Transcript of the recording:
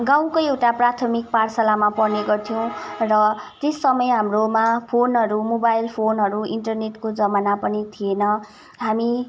गाउँकै एउटा प्राथमिक पाठशालामा पढ्ने गर्थ्यौँ र त्यस समय हाम्रोमा फोनहरू मोबाइल फोनहरू इन्टरनेटको जमाना पनि थिएन हामी